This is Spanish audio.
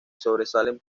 sobresalen